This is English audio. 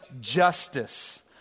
justice